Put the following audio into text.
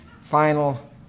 final